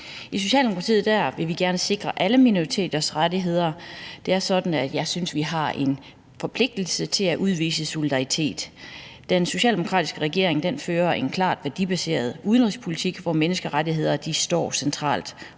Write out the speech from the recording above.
I Socialdemokratiet vil vi gerne sikre alle minoriteters rettigheder. Det er sådan, at jeg synes, vi har en forpligtelse til at udvise solidaritet. Den socialdemokratiske regering fører en klart værdibaseret udenrigspolitik, hvor menneskerettigheder står centralt,